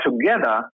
together